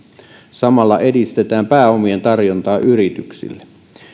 samalla edistetään pääomien tarjontaa yrityksille